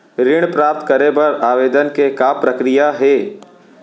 ऋण प्राप्त करे बर आवेदन के का प्रक्रिया हे?